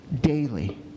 daily